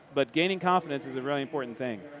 but gaining confidence is a very important thing.